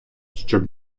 щоб